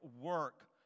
work